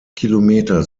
kilometer